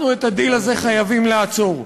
אנחנו את הדיל הזה חייבים לעצור,